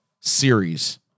series